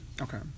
Okay